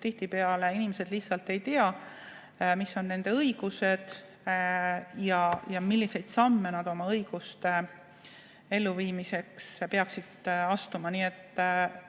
Tihtipeale inimesed lihtsalt ei tea, mis on nende õigused ja milliseid samme nad oma õiguste elluviimiseks peaksid astuma. Selle